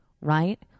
right